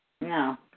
No